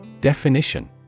Definition